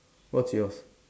what's yours